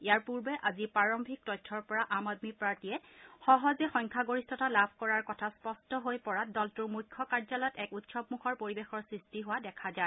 ইয়াৰ পূৰ্বে আজি প্ৰাৰম্ভিক তথ্যৰ পৰা আম আদমি পাৰ্টীয়ে সহজে সংখ্যাগৰিষ্ঠতা লাভ কৰাৰ কথা স্পষ্ট হৈ পৰা দলটোৰ মুখ্য কাৰ্যলয়ত এক উৎসৱমূখৰ পৰিৱেশৰ সৃষ্টি হোৱা দেখা যায়